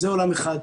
זה עולם אחד.